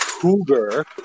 cougar